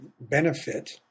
benefit